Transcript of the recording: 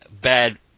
bad